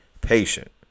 patient